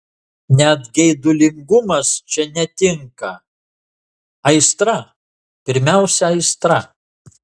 net geidulingumas čia netinka aistra pirmiausia aistra